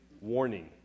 Warning